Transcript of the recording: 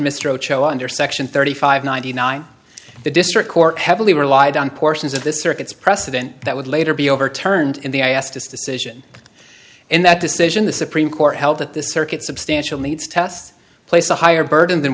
oh under section thirty five ninety nine the district court heavily relied on portions of the circuits precedent that would later be overturned in the i asked this decision and that decision the supreme court held that the circuit substantial needs test place a higher burden than